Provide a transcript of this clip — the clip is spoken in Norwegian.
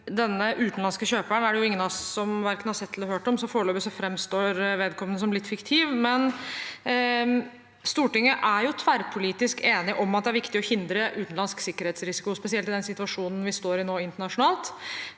Denne utenlandske kjøperen er det jo ingen av oss som verken har sett eller hørt om, så foreløpig framstår vedkommende som litt fiktiv. Stortinget er tverrpolitisk enig om at det er viktig å hindre utenlandsk sikkerhetsrisiko, spesielt i den situasjonen vi står i nå internasjonalt,